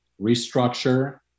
restructure